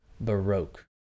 baroque